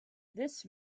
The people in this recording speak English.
this